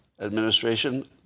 Administration